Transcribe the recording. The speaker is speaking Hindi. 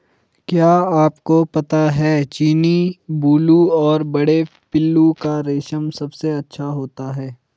क्या आपको पता है चीनी, बूलू और बड़े पिल्लू का रेशम सबसे अच्छा होता है?